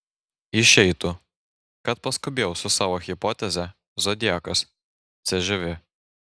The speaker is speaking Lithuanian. išeitų kad paskubėjau su savo hipoteze zodiakas cžv